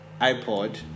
iPod